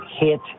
hit